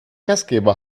gastgeber